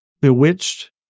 bewitched